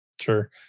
Sure